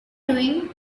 doing